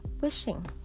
wishing